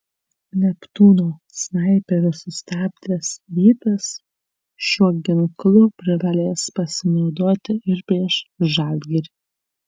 neptūno snaiperius sustabdęs rytas šiuo ginklu privalės pasinaudoti ir prieš žalgirį